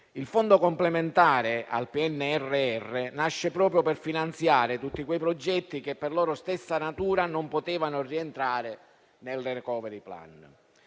Il Fondo complementare al PNRR nasce proprio per finanziare tutti quei progetti che, per loro stessa natura, non potevano rientrare nel *recovery plan*